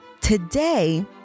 today